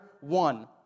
one